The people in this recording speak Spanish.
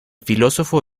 filósofo